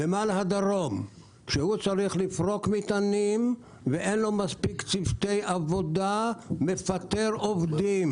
נמל הדרום שצריך לפרוק מטענים ואין לו מספיק צוותי עבודה מפטר עובדים.